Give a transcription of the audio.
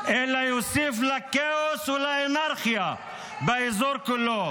אלא יוסיף לכאוס ולאנרכיה באזור כולו